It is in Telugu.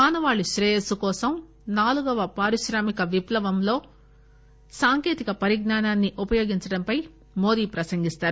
మానవాళి క్రేయస్సు కోసం నాలుగవ పారిశ్రామిక విష్ణవంలో సాంకేతిక పరిజ్ఞానాన్ని ఉపయోగించడంపై మోదీ ప్రసంగిస్తారు